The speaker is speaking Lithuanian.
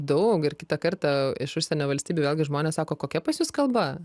daug ir kitą kartą iš užsienio valstybių vėlgi žmonės sako kokia pas jus kalba